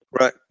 right